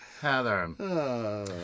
Heather